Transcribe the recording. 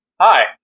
Hi